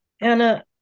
Anna